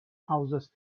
houses